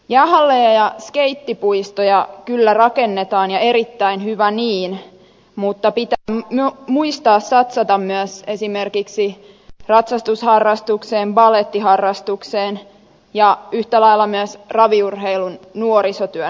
jäähalleja ja skeittipuistoja kyllä rakennetaan ja erittäin hyvä niin mutta pitää muistaa satsata myös esimerkiksi ratsastusharrastukseen balettiharrastukseen ja yhtä lailla myös raviurheilun nuorisotyön mahdollistamiseen